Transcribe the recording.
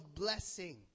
blessing